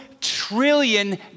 trillion